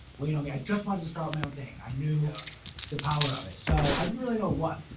wait on me. i just wanted to start my own thing. i knew the power of it. so i didn't really know what,